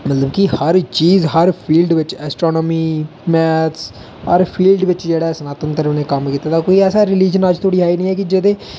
मतलब कि हर चीज हर फिल्ड बिच ऐसट्रानामी मेथ्स हर फिल्ड बिच जेहड़ा सनातन धर्म ने कम्म कीता दा कोई ऐसा रिलिजन अज्ज धोड़ी है नी जेहदे